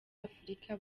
afurika